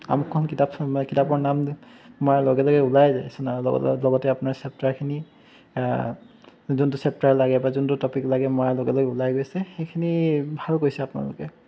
আমুকখন কিতাপ কিতাপৰ নাম মাৰাৰ লগে লগে উলাই যায় লগতে আপোনাৰ চেপ্টাৰখিনি যোনটো চেপ্টাৰ লাগে বা যোনটো টপিক লাগে মৰাৰ লগে লগে উলাই গৈছে সেইখিনি ভাল কৰিছে আপোনালোকে